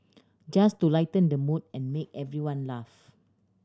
just to lighten the mood and make everyone laugh